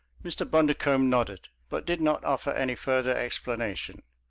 mr. bundercombe nodded but did not offer any further explanation.